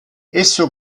esso